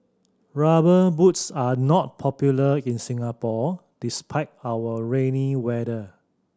Rubber Boots are not popular in Singapore despite our rainy weather